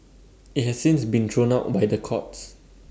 IT has since been thrown out by the courts